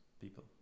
people